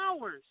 hours